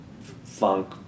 funk